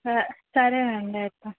సరేనండి అయితే